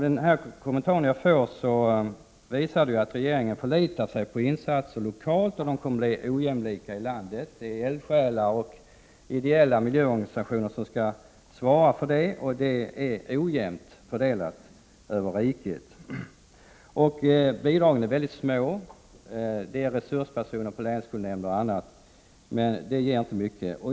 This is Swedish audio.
Den kommentar som jag får i svaret visar att regeringen förlitar sig på insatser lokalt. Det kommer att bli ojämlikhet i landet. Det är eldsjälar och ideella miljöorganisationer som skall svara för denna verksamhet, vilket innebär att det blir en ojämn fördelning över riket. Bidragen är mycket små. Det finns resurspersoner på länsskolnämnderna och en del annat, men det ger inte mycket.